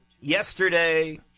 yesterday